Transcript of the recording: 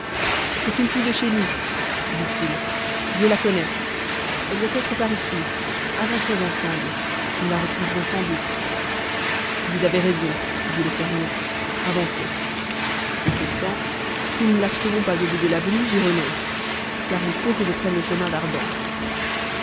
c'est une fille de chez nous dit-il je la connais elle doit être par ici avançons ensemble nous la retrouverons sans doute vous avez raison dit le fermier avançons et pourtant si nous ne la trouvons pas au bout de l'avenue j'y renonce car il faut que je prenne le chemin d'ardentes